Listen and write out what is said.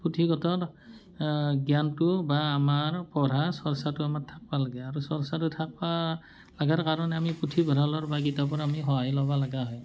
পুথিগত জ্ঞানটো বা আমাৰ পঢ়া চৰ্চাটো আমাৰ থাকিব লাগে আৰু চৰ্চাটো থাকিব লগাৰ কাৰণে আমি পুথিভঁৰালৰ বা কিতাপৰ আমি সহায় ল'ব লগা হয়